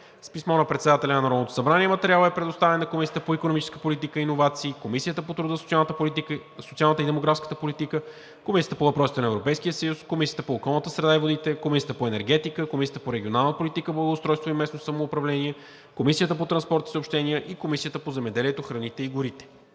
С писмо на председателя на Народното събрание материалът е предоставен на Комисията по икономическа политика и иновации, Комисията по труда, социалната и демографската политика, Комисията по въпросите на Европейския съюз, Комисията по околната среда и водите, Комисията по енергетика, Комисията по регионална политика, благоустройство и местно самоуправление, Комисията по транспорт и съобщения и Комисията по земеделието, храните и горите.